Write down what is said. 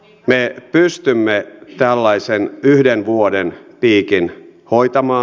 me pystymme tällaisen yhden vuoden piikin hoitamaan